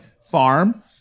farm